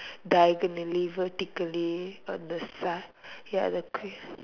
diagonally vertically on the side ya the queen